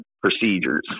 procedures